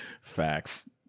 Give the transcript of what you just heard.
facts